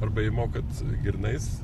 arba jei mokat grynais